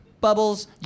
bubbles